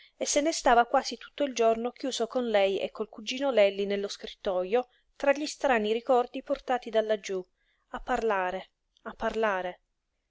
e se ne stava quasi tutto il giorno chiuso con lei e col cugino lelli nello scrittojo tra gli strani ricordi portati da laggiú a parlare a parlare